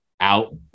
out